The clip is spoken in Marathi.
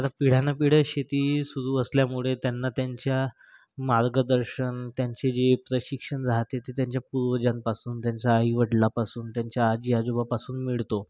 आता पिढ्यानापिढ्या शेती सुरू असल्यामुळे त्यांना त्यांच्या मार्गदर्शन त्यांचे जे प्रशिक्षण राहते ते त्यांच्या पूर्वजांपासून त्यांच्या आईवडलापासून त्यांच्या आजीआजोबापासून मिळतो